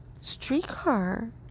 Streetcar